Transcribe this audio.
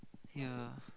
ya